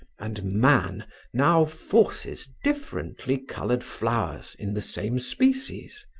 and man now forces differently colored flowers in the same species,